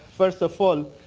first of all,